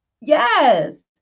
yes